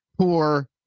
poor